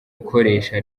ikoreshwa